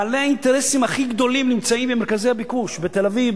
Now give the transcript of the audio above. בעלי האינטרסים הכי גדולים נמצאים במרכזי הביקוש בתל-אביב,